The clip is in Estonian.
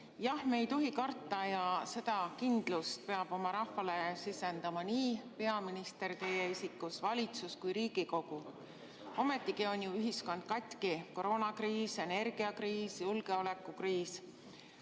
Jah, me ei tohi karta, ja seda kindlust peavad oma rahvale sisendama nii peaminister teie isikus, valitsus kui ka Riigikogu. Ometi on ühiskond katki – koroonakriis, energiakriis ja julgeolekukriis